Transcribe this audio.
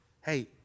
hey